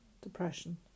depression